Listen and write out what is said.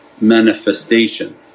manifestation